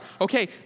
Okay